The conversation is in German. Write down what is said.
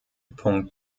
punkt